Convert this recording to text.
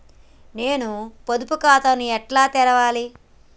నేను పొదుపు ఖాతాను ఎట్లా తెరవాలి?